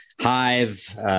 Hive